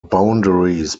boundaries